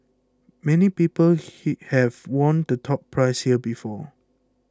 many people he have won the top prize here before